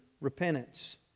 repentance